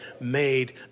made